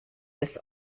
des